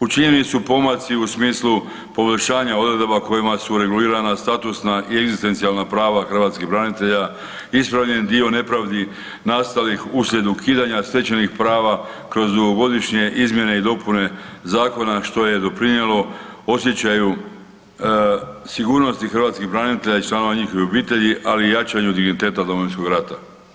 Učinjeni su pomaci u smislu poboljšanja odredaba kojima su regulirana statusna i egzistencijalna prava hrvatskih branitelja, ispravljen dio nepravdi nastalih uslijed ukidanja stečenih prava kroz dugogodišnje izmjene i dopune Zakona što je doprinijelo osjećaju sigurnosti hrvatskih branitelja i članova njihovih obitelji, ali i jačanju digniteta Domovinskog rata.